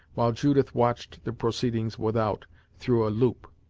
while judith watched the proceedings without through a loop.